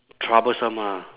troublesome ah